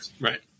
Right